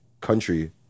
country